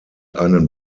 einen